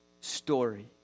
story